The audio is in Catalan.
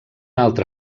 altre